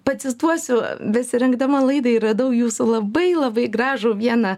pacituosiu besirengdama laidai radau jūsų labai labai gražų vieną